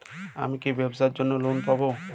আমি কি ব্যবসার জন্য লোন পাব?